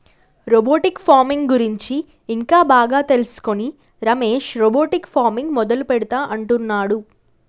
robotic farming గురించి ఇంకా బాగా తెలుసుకొని రమేష్ రోబోటిక్ ఫార్మింగ్ మొదలు పెడుతా అంటున్నాడు